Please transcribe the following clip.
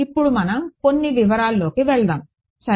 ఇప్పుడు మనం కొన్ని వివరాలలోకి వెళ్దాం సరే